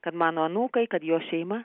kad mano anūkai kad jo šeima